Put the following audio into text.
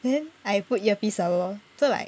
then I put ear piece liao lor so like